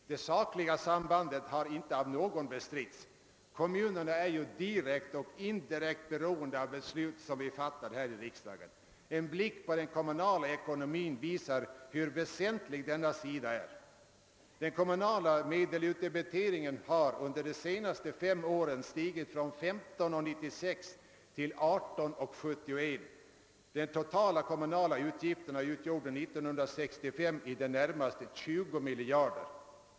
Det sakliga sambandet har inte av någon bestritts. Kommunerna är ju direkt och indirekt beroende av beslut som vi fattar här i riksdagen. En blick på den kommunala ekonomin visar hur väsentlig denna sida är. Den kommunala utdebiteringen har under de senaste fem åren stigit från 15:96 till 18:71. De totala kommunala utgifterna utgjorde 1965 i det närmaste 20 miljarder.